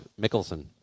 Mickelson